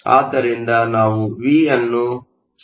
ಅದರಿಂದ ನಾವು ವಿ ಅನ್ನು 0